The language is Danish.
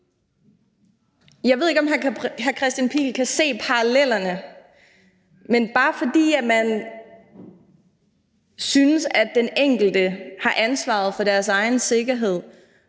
Jeg ved ikke, om hr. Kristian Pihl Lorentzen kan se parallellerne, men bare fordi man synes, at den enkelte har ansvaret for sin egen sikkerhed,